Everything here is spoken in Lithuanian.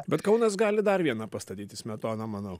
bet kaunas gali dar vieną pastatyti smetoną manau